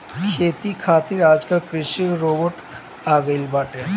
खेती खातिर आजकल कृषि रोबोट आ गइल बाटे